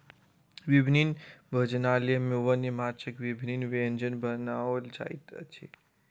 विभिन्न भोजनालय में वन्य माँछक विभिन्न व्यंजन बनाओल जाइत अछि